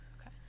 Okay